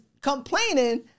complaining